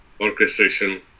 orchestration